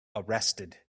arrested